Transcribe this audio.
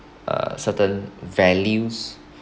uh certain values